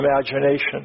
imagination